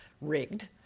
rigged